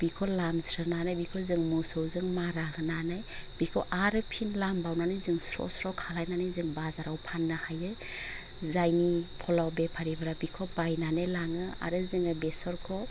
बिखौ लामस्रोनानै बिखौ जों मोसौजों मारा होनानै बिखौ आरो फिन लामबावनानै जों स्र' स्र' खालायनानै जों बाजाराव फाननो हायो जायनि फलाव बेफारिफ्रा बिखौ बायनानै लाङो आरो जोङो बेसरखौ